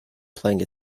playing